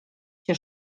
się